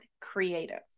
creative